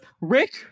Rick